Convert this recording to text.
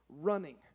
running